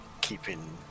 keeping